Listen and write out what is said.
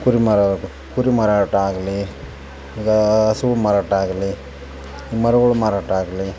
ಕುರಿ ಮಾರಾಟ ಕುರಿ ಮಾರಾಟ ಆಗಲಿ ಈಗಾ ಹಸು ಮಾರಾಟ ಆಗಲಿ ಮರಗಳು ಮಾರಾಟ ಆಗಲಿ